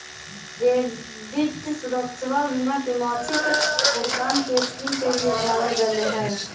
credit सुरक्षवा बीमा में मासिक भुगतान के स्कीम के भी अपनावल गैले है